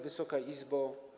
Wysoka Izbo!